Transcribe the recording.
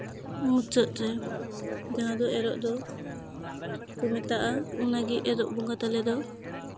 ᱢᱩᱪᱟᱹᱫ ᱨᱮ ᱡᱟᱦᱟᱸ ᱫᱚ ᱮᱨᱚᱜ ᱫᱚᱠᱚ ᱢᱮᱛᱟᱜᱼᱟ ᱚᱱᱟᱜᱮ ᱮᱨᱚᱜ ᱵᱚᱸᱜᱟ ᱛᱟᱞᱮ ᱫᱚ